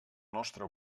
nostre